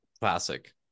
Classic